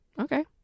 Okay